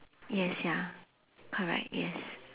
yes ya correct yes